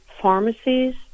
pharmacies